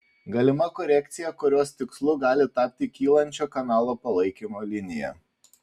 galima korekcija kurios tikslu gali tapti kylančio kanalo palaikymo linija